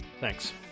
Thanks